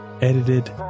edited